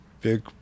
big